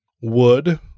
wood